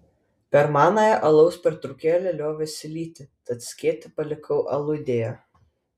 per manąją alaus pertraukėlę liovėsi lyti tad skėtį palikau aludėje